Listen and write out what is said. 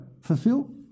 fulfill